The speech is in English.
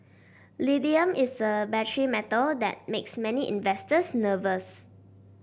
lithium is a battery metal that makes many investors nervous